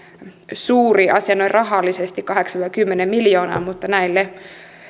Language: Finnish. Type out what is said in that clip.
suuri asia noin rahallisesti kahdeksan viiva kymmenen miljoonaa mutta näille